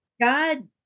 God